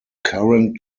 current